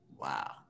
Wow